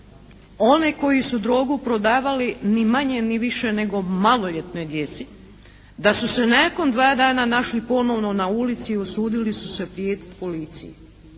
one koji su drogu prodavali ni manje ni više nego maloljetnoj djeci, da su se nakon dva dana našli ponovno na ulici i usudili su se prijetiti Policiji.